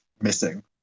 missing